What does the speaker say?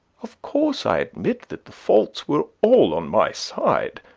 of course i admit that the faults were all on my side.